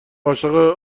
عاشق